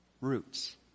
Roots